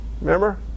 Remember